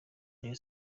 rayon